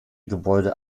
gebäude